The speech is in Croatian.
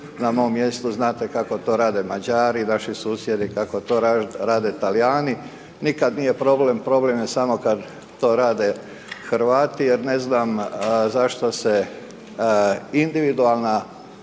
na mom mjestu, znate kako to rade Mađari, naši susjedi, kako to rade Talijani, nikad nije problem, problem je samo kad to rade Hrvati jer ne znam zašto se individualna